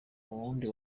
wundi